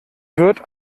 wird